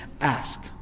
ask